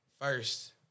First